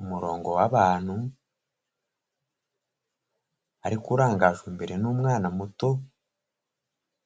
Umurongo w'abantu ariko urangajwe imbere n'umwana muto,